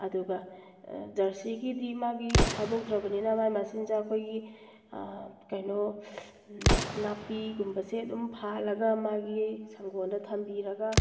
ꯑꯗꯨꯒ ꯖꯔꯁꯤꯒꯤꯗꯤ ꯃꯥꯒꯤ ꯊꯥꯗꯣꯛꯇ꯭ꯔꯕꯅꯤꯅ ꯃꯥꯒꯤ ꯃꯆꯤꯟꯖꯥꯛ ꯑꯩꯈꯣꯏꯒꯤ ꯀꯩꯅꯣ ꯅꯥꯄꯤꯒꯨꯝꯕꯁꯦ ꯑꯗꯨꯝ ꯐꯥꯜꯂꯒ ꯃꯥꯒꯤ ꯁꯪꯒꯣꯟꯗ ꯊꯝꯕꯤꯔꯒ